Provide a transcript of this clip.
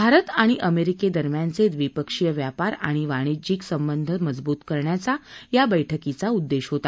भारत आणि अमेरिके दरम्यानचे द्विपक्षीय व्यापार आणि वाणिज्यिक संबंध मजबूत करण्याचा या बैठकीचा उद्देश होता